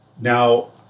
Now